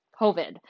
COVID